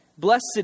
Blessed